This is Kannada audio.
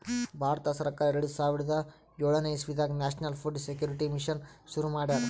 ಭಾರತ ಸರ್ಕಾರ್ ಎರಡ ಸಾವಿರದ್ ಯೋಳನೆ ಇಸವಿದಾಗ್ ನ್ಯಾಷನಲ್ ಫುಡ್ ಸೆಕ್ಯೂರಿಟಿ ಮಿಷನ್ ಶುರು ಮಾಡ್ಯಾರ್